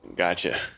Gotcha